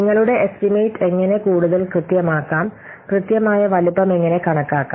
നിങ്ങളുടെ എസ്റ്റിമേറ്റ് എങ്ങനെ കൂടുതൽ കൃത്യമാക്കാം കൃത്യമായ വലുപ്പം എങ്ങനെ കണക്കാക്കാം